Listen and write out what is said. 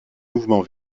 mouvement